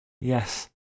yes